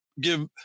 give